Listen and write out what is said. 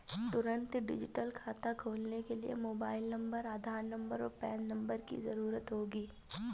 तुंरत डिजिटल खाता खोलने के लिए मोबाइल नंबर, आधार नंबर, और पेन नंबर की ज़रूरत होगी